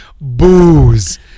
booze